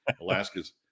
Alaska's